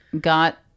got